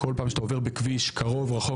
כל פעם שאתה עובר בכביש קרוב רחוק.